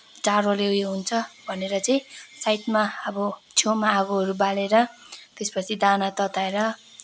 जाडोले उयो हुन्छ भनेर चाहिँ साइडमा अब छेउमा आगोहरू बालेर त्यसपछि दाना तताएर